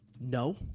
No